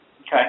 Okay